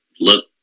look